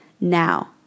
now